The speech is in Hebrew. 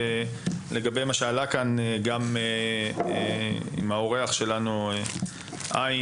לגבי מה שעלה כאן עם האורח שלנו ע',